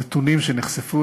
נתונים שנחשפו,